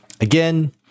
again